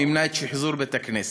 מימנה את שחזור בית-הכנסת.